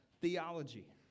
theology